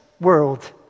world